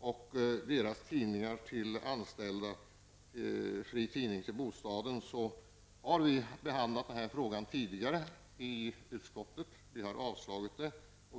av fria tidningar till bostaden för anställda vid tidningsföretag har utskottet behandlat tidigare och därvid avstyrkt motionsförslag om att beskattning inte skall ske.